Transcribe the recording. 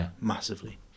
massively